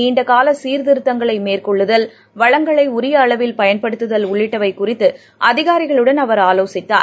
நீண்டகாலசீர்திருத்தங்களைமேற்கொள்ளுதல் அந்தகுறையில் வளங்களைஉரியஅளவில் பயன்படுத்துதல் உள்ளிட்டவைகுறித்துஅதிகாரிகளுடன் அவர் ஆலோசித்தார்